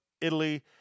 Italy